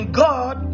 god